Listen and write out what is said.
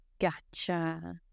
Gotcha